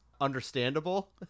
understandable